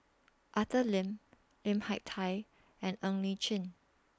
Arthur Lim Lim Hak Tai and Ng Li Chin